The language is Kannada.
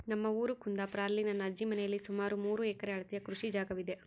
ನಮ್ಮ ಊರು ಕುಂದಾಪುರ, ಅಲ್ಲಿ ನನ್ನ ಅಜ್ಜಿ ಮನೆಯಲ್ಲಿ ಸುಮಾರು ಮೂರು ಎಕರೆ ಅಳತೆಯ ಕೃಷಿ ಜಾಗವಿದೆ